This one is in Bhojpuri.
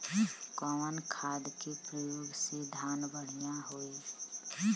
कवन खाद के पयोग से धान बढ़िया होई?